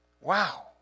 Wow